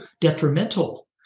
detrimental